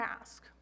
ask